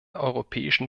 europäischen